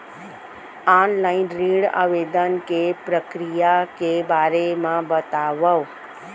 Online ऋण आवेदन के प्रक्रिया के बारे म बतावव?